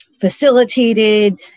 facilitated